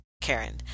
Karen